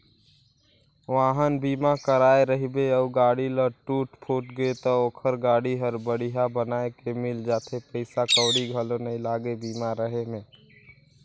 वाहन बीमा कराए रहिबे अउ गाड़ी ल टूट फूट गे त ओखर गाड़ी हर बड़िहा बनाये के मिल जाथे पइसा कउड़ी घलो नइ लागे बीमा रहें में